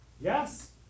Yes